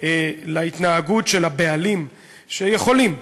על התנהגות של הבעלים שיכולים,